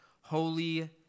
holy